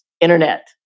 internet